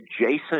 Adjacent